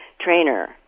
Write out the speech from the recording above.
trainer